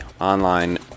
online